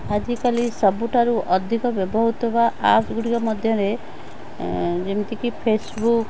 ଆଜିକାଲି ସବୁଠାରୁ ଅଧିକ ବ୍ୟବହୃତ ହେଉଥିବା ଆପ୍ ଗୁଡ଼ିକ ମଧ୍ୟରେ ଯେମିତିକି ଫେସବୁକ୍